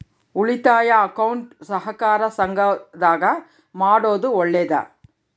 ಉಳಿತಾಯ ಅಕೌಂಟ್ ಸಹಕಾರ ಸಂಘದಾಗ ಮಾಡೋದು ಒಳ್ಳೇದಾ?